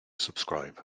subscribe